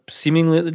seemingly